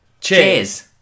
Cheers